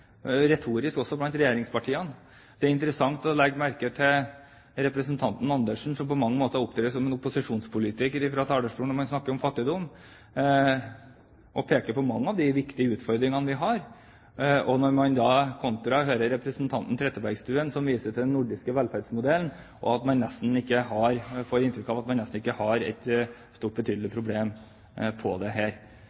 interessant å legge merke til representanten Andersen, som på mange måter opptrer som en opposisjonspolitiker fra talerstolen når man snakker om fattigdom, og som peker på mange av de viktige utfordringene vi har, når man, kontra, hører representanten Trettebergstuen, som viser til den nordiske velferdsmodellen og nesten gir inntrykk av at man ikke har et betydelig problem på dette området. Jeg registrerer også at SV, som tidligere har